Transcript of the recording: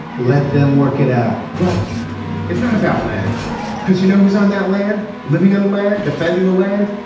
let them work it out well it's not about land because you know who's on that land living on land defending the land.